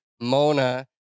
Mona